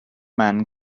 man